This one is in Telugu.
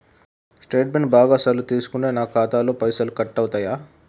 స్టేట్మెంటు బాగా సార్లు తీసుకుంటే నాకు ఖాతాలో పైసలు కట్ అవుతయా?